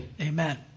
Amen